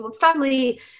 family